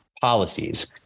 policies